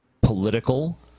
Political